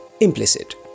implicit